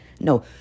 No